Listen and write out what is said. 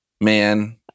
Man